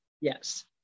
Yes